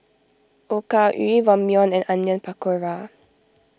Okayu Ramyeon and Onion Pakora